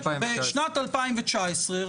בשנת 2019,